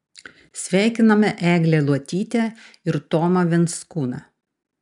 sveikiname eglę luotytę ir tomą venskūną